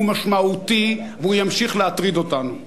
הוא משמעותי והוא ימשיך להטריד אותנו.